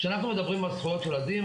כשאנחנו מדברים על זכויות ילדים,